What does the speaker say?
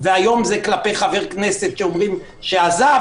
היום זה כלפי חבר כנסת שאומרים שעזב,